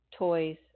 toys